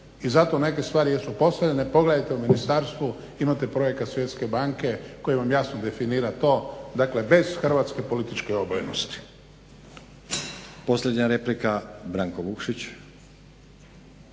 I zato neke stvari jer su postavljene, pogledajte u ministarstvu imate projekt Svjetske banke koji vam jasno definira to, dakle bez hrvatske političke obojenosti.